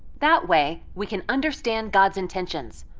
that way we can understand god's intentions.